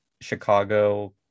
Chicago